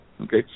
okay